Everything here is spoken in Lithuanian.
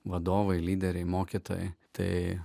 vadovai lyderiai mokytojai tai